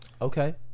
Okay